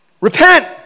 Repent